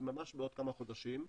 ממש בעוד כמה חודשים,